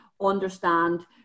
understand